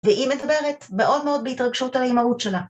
‫והיא מדברת מאוד מאוד ‫בהתרגשות על האימהות שלה.